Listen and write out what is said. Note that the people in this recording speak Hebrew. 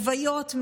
לוויות,